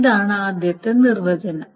ഇതാണ് ആദ്യത്തെ നിർവചനം